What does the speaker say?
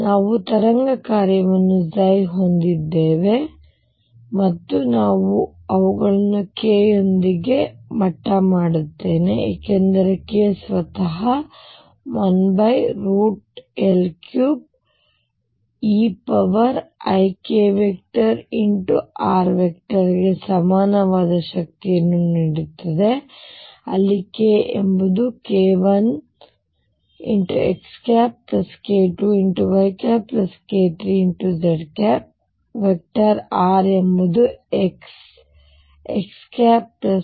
ನಾವು ತರಂಗ ಕಾರ್ಯವನ್ನು ಹೊಂದಿದ್ದೇವೆ ಮತ್ತು ನಾನು ಅವುಗಳನ್ನು k ಯೊಂದಿಗೆ ಮಟ್ಟ ಮಾಡುತ್ತೇನೆ ಏಕೆಂದರೆ k ಸ್ವತಃ 1L3 eikr ಗೆ ಸಮಾನವಾದ ಶಕ್ತಿಯನ್ನು ನೀಡುತ್ತದೆ ಅಲ್ಲಿ k ಎಂಬುದು k1xk2yk3z r ಎಂಬುದು xxyyzz